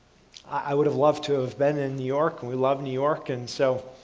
i would've loved to have been in new york and we love new york and so,